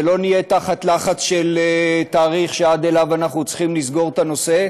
ולא נהיה תחת לחץ של תאריך שעד אליו אנחנו צריכים לסגור את הנושא,